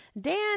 Dan